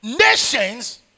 nations